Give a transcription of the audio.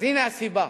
אז הנה הסיבה.